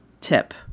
tip